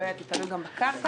תלוי גם בקרקע.